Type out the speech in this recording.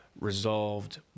resolved